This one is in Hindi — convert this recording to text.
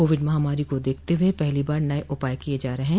कोविड महामारी को देखते हुए पहली बार नये उपाय किये जा रहे हैं